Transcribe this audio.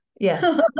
Yes